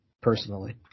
personally